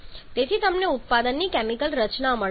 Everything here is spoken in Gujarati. તેથી તમને ઉત્પાદનની કેમિકલ રચના મળી છે